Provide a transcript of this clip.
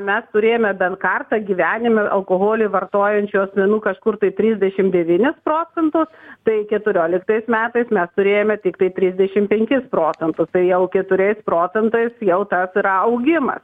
mes turėjome bent kartą gyvenime alkoholį vartojančių asmenų kažkur tai trisdešim devynis procentus tai keturioliktais metais mes turėjome tiktai trisdešim penkis procentus tai jau keturiais procentais jau tas yra augimas